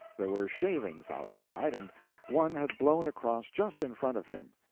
there were shavings outside, and one had blown across just in front of him.